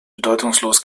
bedeutungslos